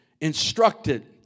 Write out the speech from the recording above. instructed